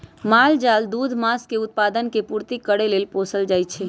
माल जाल दूध, मास के उत्पादन से पूर्ति करे लेल पोसल जाइ छइ